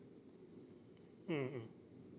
mm mm